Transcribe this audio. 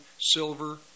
silver